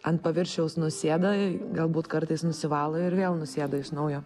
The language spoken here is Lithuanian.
ant paviršiaus nusieda galbūt kartais nusivalo ir vėl nusieda iš naujo